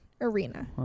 arena